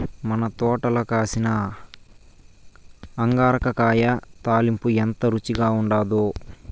మన తోటల కాసిన అంగాకర కాయ తాలింపు ఎంత రుచిగా ఉండాదో